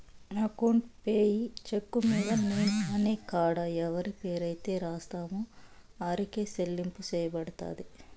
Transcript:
account payee చెక్కు మీద name అనే కాడ ఎవరి పేరైతే రాస్తామో ఆరికే సెల్లింపు సెయ్యబడతది